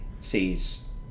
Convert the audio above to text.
sees